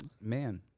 Man